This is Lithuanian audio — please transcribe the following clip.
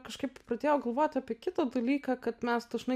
kažkaip pradėjau galvoti apie kitą dalyką kad mes dažnai